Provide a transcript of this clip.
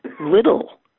little